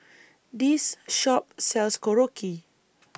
This Shop sells Korokke